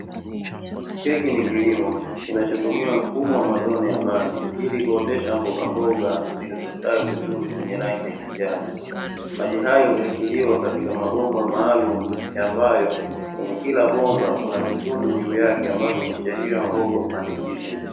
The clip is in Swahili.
Hiki ni kilimo kinachotumia mfumo wa matone ya maji ili kuotesha mbogamboga zilizostawi vizuri, zenye rangi ya kijani. Maji hayo hushikiliwa katika mabomba maalumu ambayo kwenye kila bomba kuna vitundu juu yake ambavyo miche hiyo ya mboga hupandikizwa.